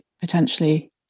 potentially